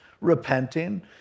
repenting